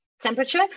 temperature